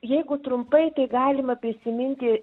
jeigu trumpai tai galima prisiminti